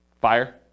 Fire